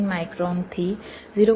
18 માઈક્રોનથી 0